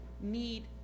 need